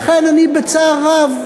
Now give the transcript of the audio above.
לכן בצער רב,